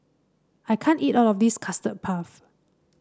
I can't eat all of this Custard Puff